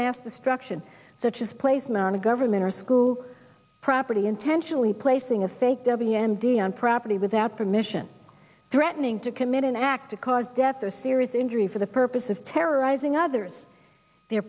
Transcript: mass destruction that has placement of government or school property intentionally placing a fake w m d m property without permission threatening to commit an act to cause death or serious injury for the purpose of terrorizing others their